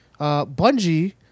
Bungie